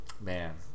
man